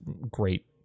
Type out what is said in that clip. great